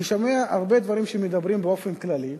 אני שומע הרבה דברים, שמדברים באופן כללי.